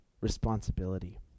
responsibility